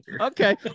Okay